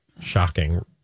Shocking